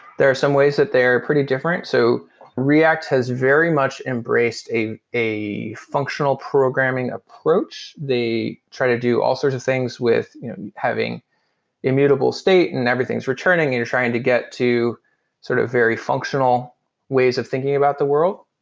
there are some ways that they are pretty different. so react has very much embraced a a functional programming approach. they try to do all sorts of things with having immutable state and everything is returning and you're trying to get to sort of very functional ways of thinking about the world.